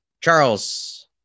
Charles